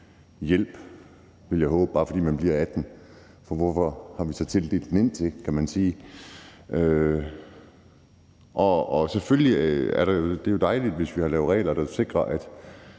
hjælp, vil jeg håbe, bare fordi man bliver 18 år, for hvorfor har vi så tildelt den? Det er jo dejligt, hvis vi har lavet regler, der sikrer, at